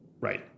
Right